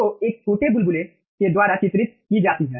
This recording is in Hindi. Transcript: तो यह छोटे बुलबुले के द्वारा चित्रित की जाती है